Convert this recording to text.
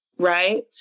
right